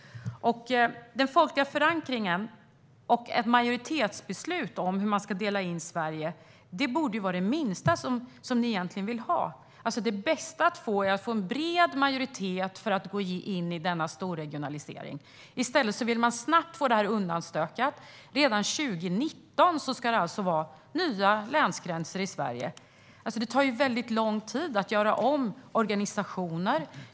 Den folkliga förankringen och ett majoritetsbeslut om hur man ska dela in Sverige borde egentligen vara det minsta som ni skulle vilja ha. Det bästa att få är en bred majoritet för att gå in i denna storregionalisering. I stället vill man få det här undanstökat snabbt. Redan 2019 ska det alltså vara nya länsgränser i Sverige. Det tar väldigt lång tid att göra om organisationer.